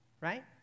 Right